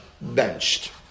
benched